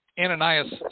Ananias